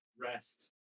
rest